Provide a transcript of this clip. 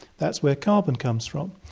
that's where carbon comes from.